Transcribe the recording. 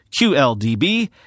QLDB